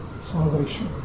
salvation